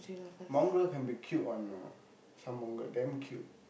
mongrel can be cute one you know some mongrel damn cute